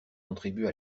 contribuent